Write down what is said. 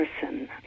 person